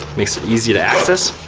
makes it easy to access.